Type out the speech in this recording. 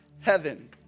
heaven